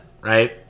right